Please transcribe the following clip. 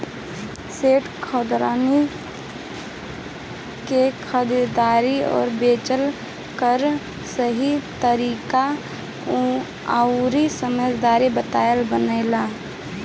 stockbroker share के खरीदला अउरी बेचला कअ सही तरीका अउरी समय बतावत बाने